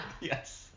Yes